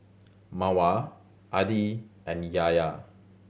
Mawar Adi and Yahya